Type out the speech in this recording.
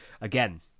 Again